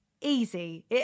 easy